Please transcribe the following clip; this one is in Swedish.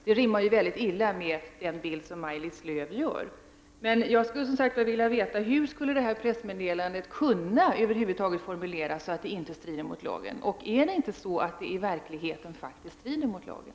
Det rimmar mycket illa med den bild som Maj-Lis Lööw tecknar. Hur skulle pressmeddelandet över huvud taget kunna formuleras, så att det inte strider mot lagen? Strider inte meddelandet i verkligheten mot lagen?